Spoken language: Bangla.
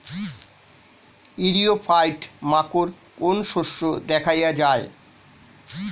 ইরিও ফাইট মাকোর কোন শস্য দেখাইয়া যায়?